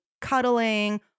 cuddling